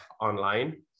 online